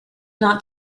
not